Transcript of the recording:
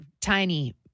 tiny